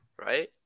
Right